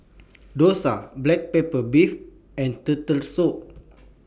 Dosa Black Pepper Beef and Turtle Soup